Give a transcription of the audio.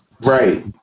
Right